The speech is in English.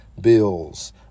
bills